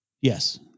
yes